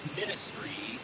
ministry